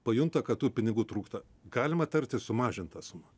pajunta kad tų pinigų trūksta galima tartis sumažint tą sumą